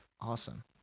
Awesome